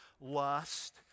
lust